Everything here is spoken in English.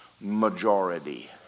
majority